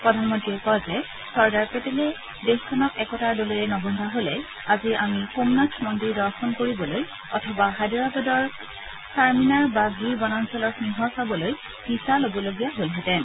প্ৰধানমন্ত্ৰীয়ে কয় যে চৰ্দাৰ পেটেলে দেশখনক একতাৰ ডোলেৰে নবন্ধা হলে আজি আমি সোমনাথ মন্দিৰ দৰ্শন কৰিবলৈ অথবা হায়দৰাবাদৰ চাৰ্মিনাৰ বা গিৰ বনাঞ্চলৰ সিংহ চাবলৈ যাবলৈ ভিছা লবলগীয়া হলহেঁতেন